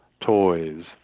toys